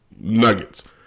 Nuggets